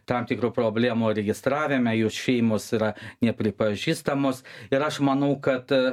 tam tikrų problemų registravime jų šeimos yra nepripažįstamos ir aš manau kad